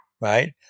right